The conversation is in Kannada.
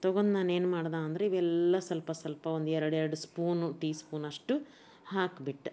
ತೊಗೊಂಡು ನಾನೇನ್ಮಾಡಿದೆ ಅಂದ್ರೆ ಇವೆಲ್ಲ ಸ್ವಲ್ಪ ಸ್ವಲ್ಪ ಒಂದು ಎರಡು ಎರಡು ಸ್ಪೂನು ಟೀ ಸ್ಫೂನಷ್ಟು ಹಾಕ್ಬಿಟ್ಟು